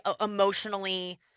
emotionally